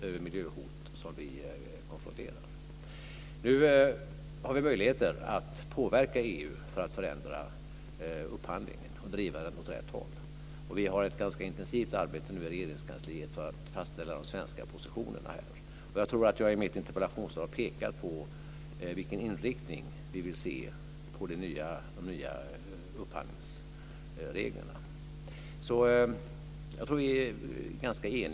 Det Internetbaserade verktyg som miljöministern berättade om kan förhoppningsvis bli till hjälp för upphandlarna, men det verktyget ändrar inte de reella möjligheterna att ställa krav. De får fortfarande inte ställa krav på produktionsprocessen, annat än om de kan visa uppenbara fördelar för sin verksamhet.